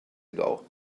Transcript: ago